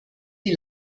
die